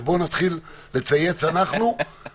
ובואו נתחיל לצייץ אנחנו ונגמור את החוק הזה.